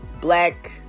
black